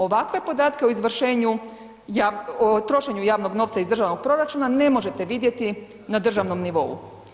Ovakve podatke o izvršenju, o trošenju javnog novca iz državnog proračuna ne možete vidjeti na državnom nivou.